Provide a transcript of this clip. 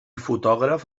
fotògraf